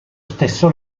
stesso